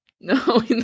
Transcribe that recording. no